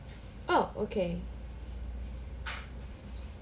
oh okay